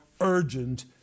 urgent